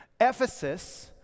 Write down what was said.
Ephesus